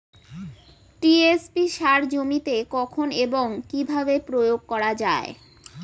TSP সার জমিতে কখন এবং কিভাবে প্রয়োগ করা য়ায়?